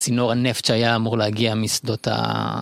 צינור הנפט שהיה אמור להגיע משדות ה...